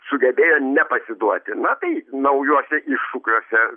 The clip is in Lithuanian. sugebėjo nepasiduoti na tai naujuose iššūkiuose